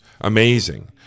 amazing